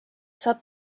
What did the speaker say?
saab